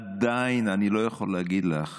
עדיין אני לא יכול להגיד לך